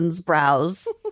brows